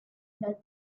not